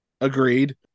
Agreed